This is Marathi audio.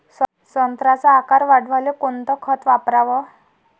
संत्र्याचा आकार वाढवाले कोणतं खत वापराव?